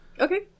Okay